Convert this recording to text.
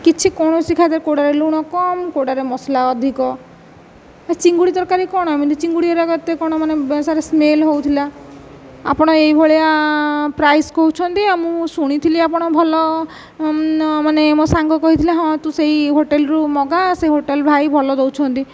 କିଛି କୌଣସି ଖାଦ୍ୟରେ କେଉଁଟାରେ ଲୁଣ କମ କେଉଁଟାରେ ମସଲା ଅଧିକ ଚିଙ୍ଗୁଡ଼ି ତରକାରି କ'ଣ ଏମିତି ଚିଙ୍ଗୁଡ଼ି ଗୁଡ଼ିକ ଏତେ କ'ଣ ମାନେ ସାରେ ସ୍ମେଲ ହେଉଥିଲା ଆପଣ ଏହି ଭଳିଆ ପ୍ରାଇସ କହୁଛନ୍ତି ଆଉ ମୁଁ ଶୁଣିଥିଲି ଆପଣ ଭଲ ମାନେ ମୋ ସାଙ୍ଗ କହିଥିଲା ହଁ ତୁ ସେହି ହୋଟେଲରୁ ମଗା ସେ ହୋଟେଲ ଭାଇ ଭଲ ଦେଉଛନ୍ତି